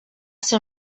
ser